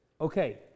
Okay